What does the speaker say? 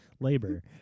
labor